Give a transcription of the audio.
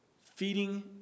feeding